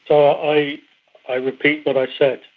i i repeat what i said,